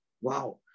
Wow